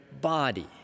body